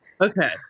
Okay